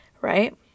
right